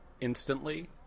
instantly